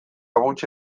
gutxi